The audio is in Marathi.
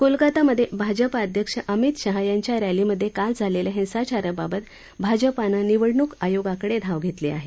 कोलकातामधे भाजपा अध्यक्ष अमित शहा यांच्या रॅलीमधे काल झालेल्या हिंसाचारा बाबत भाजपानं निवडणूक आयोगाकडे धाव घेतली आहे